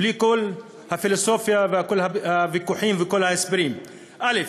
בלי כל הפילוסופיה וכל הוויכוחים וכל ההסברים: א.